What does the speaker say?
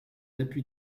appuie